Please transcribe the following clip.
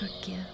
Forgive